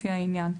לפי העניין.""